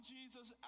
Jesus